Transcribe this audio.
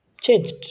changed